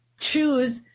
choose